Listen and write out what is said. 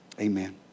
Amen